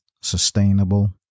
sustainable